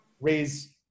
raise